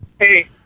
Hey